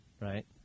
Right